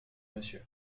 monsieur